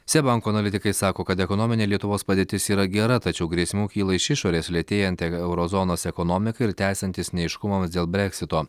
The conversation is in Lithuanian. seb banko analitikai sako kad ekonominė lietuvos padėtis yra gera tačiau grėsmių kyla iš išorės lėtėjanti euro zonos ekonomika ir tęsiantis neaiškumams dėl breksito